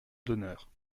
d’honneur